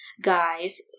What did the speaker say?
guys